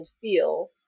feel